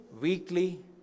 weekly